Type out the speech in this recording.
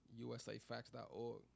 USAFacts.org